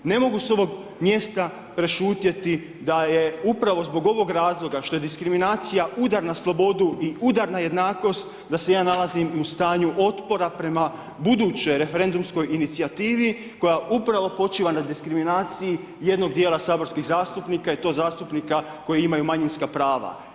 Ne mogu s ovog mjesta prešutjeti, da je upravo zbog ovog razloga, što je diskriminacija udar na slobodu i udar na jednakost, da se ja nalazim u stanju otpora prema budućoj refendunskoj inicijativi, koja upravo počiva na diskriminaciji jednog dijela saborskih zastupnika i to zastupnika koji imaju manjinska prava.